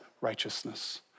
righteousness